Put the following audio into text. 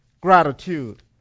gratitude